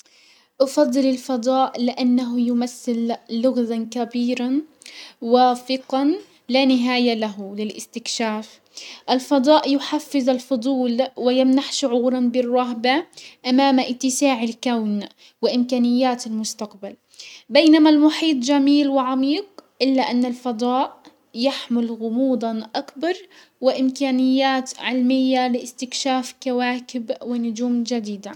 افضل الفضاء لانه يمثل لغزا كبيرا وافقا لا نهاية له للاستكشاف. الفضاء يحفز الفضول ويمنح شعورا بالرهبة امام اتساع الكون وامكانيات المستقبل، بينما المحيط جميل وعميق الا ان الفضاء يحمل غموضا اكبر وامكانيات علمية لاستكشاف كواكب ونجوم جديدة.